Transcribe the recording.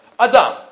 Adam